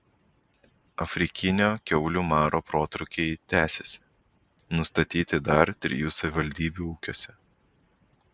afrikinio kiaulių maro protrūkiai tęsiasi nustatyti dar trijų savivaldybių ūkiuose